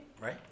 right